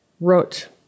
wrote